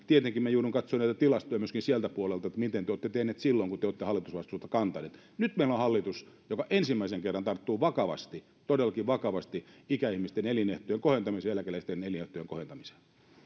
tietenkin minä joudun katsomaan näitä tilastoja myöskin sieltä puolelta miten te olette tehneet silloin kun te olette hallitusvastuuta kantaneet nyt meillä on hallitus joka ensimmäisen kerran tarttuu vakavasti todellakin vakavasti ikäihmisten elinehtojen kohentamiseen eläkeläisten elinehtojen kohentamiseen